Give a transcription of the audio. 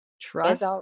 trust